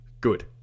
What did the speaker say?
good